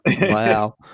wow